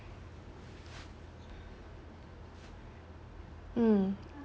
mm